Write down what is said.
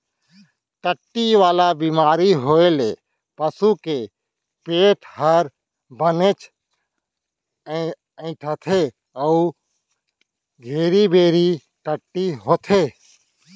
टट्टी वाला बेमारी होए ले पसू के पेट हर बनेच अइंठथे अउ घेरी बेरी टट्टी होथे